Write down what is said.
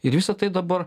ir visa tai dabar